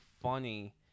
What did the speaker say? funny